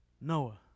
Noah